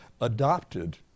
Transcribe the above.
adopted